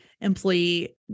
employee